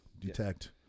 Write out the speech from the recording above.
detect